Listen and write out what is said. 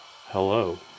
Hello